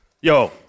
yo